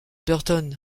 burton